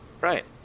Right